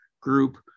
group